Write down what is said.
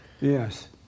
Yes